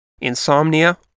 Insomnia